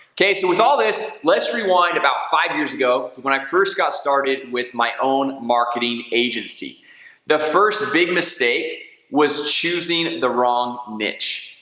okay so with all this let's rewind about five years ago when i first got started with my own marketing agency the first big mistake was choosing the wrong niche,